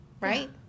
right